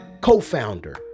co-founder